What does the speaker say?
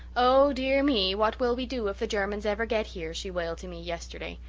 oh, dear me, what will we do if the germans ever get here she wailed to me yesterday.